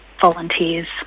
volunteers